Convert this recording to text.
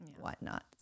whatnot